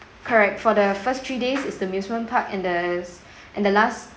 correct for the first three days it's the amusement park and there's and the last